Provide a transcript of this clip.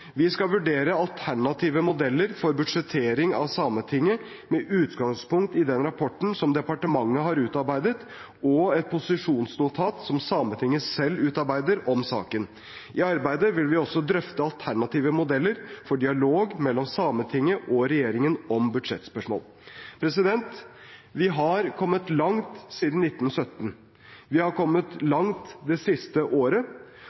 Vi skal vurdere alternative modeller for budsjettering av Sametinget, med utgangspunkt i den rapporten som departementet har utarbeidet, og et posisjonsnotat som Sametinget selv utarbeider om saken. I arbeidet vil vi også drøfte alternative modeller for dialog mellom Sametinget og regjeringen om budsjettspørsmål. Vi har kommet langt siden 1917. Vi har kommet langt det siste året.